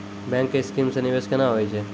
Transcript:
Bank के scheme मे निवेश केना होय छै?